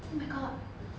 oh my god